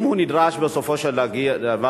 אם הוא נדרש בסופו של דבר,